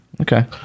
Okay